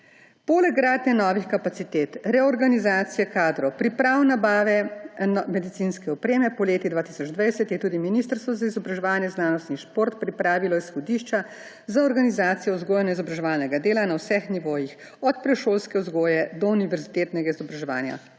Poleg gradnje novih kapacitet, reorganizacije kadrov, priprav nabave medicinske opreme poleti 2020 je tudi Ministrstvo za izobraževanje, znanost in šport pripravilo izhodišča za organizacijo vzgoje in izobraževalnega dela na vseh nivojih, od predšolske vzgoje do univerzitetnega izobraževanja.